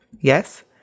Yes